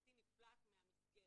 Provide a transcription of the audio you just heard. הקטין נפלט מהמסגרת,